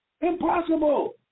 Impossible